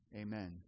Amen